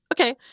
okay